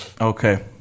Okay